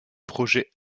projet